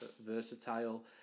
versatile